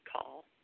call